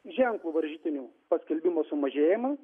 ženklų varžytinių paskelbimo sumažėjimą